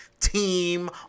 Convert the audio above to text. team